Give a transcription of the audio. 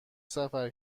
سفر